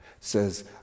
says